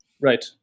Right